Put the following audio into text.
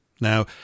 Now